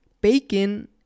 bacon